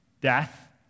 death